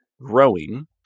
growing